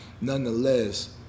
nonetheless